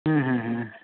ಹ್ಞೂ ಹ್ಞೂ ಹ್ಞೂ